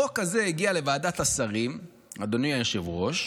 החוק הזה הגיע לוועדת השרים, אדוני היושב-ראש,